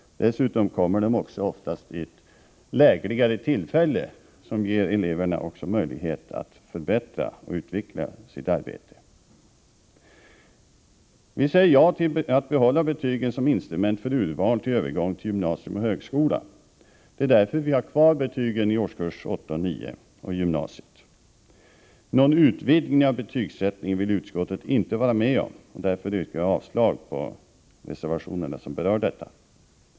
Dessutom kommer samtalen oftast också vid ett lägligare tillfälle, vilket ger eleverna möjlighet att förbättra och utveckla sitt arbete. Vi säger ja till att behålla betygen som instrument för urval vid övergång till gymnasium och högskola. Det är därför vi har kvar betygen i årskurs 8 och årskurs 9 och i gymnasiet. Men utskottsmajoriteten vill inte vara med om någon utvidgning av betygsättningen. Därför yrkar jag avslag på de reservationer som berör detta.